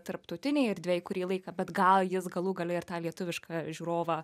tarptautinėj erdvėj kurį laiką bet gal jis galų gale ir tą lietuvišką žiūrovą